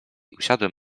usiadłem